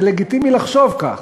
זה לגיטימי לחשוב כך,